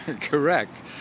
Correct